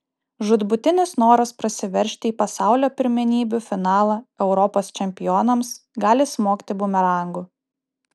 žūtbūtinis noras prasiveržti į pasaulio pirmenybių finalą europos čempionams gali smogti bumerangu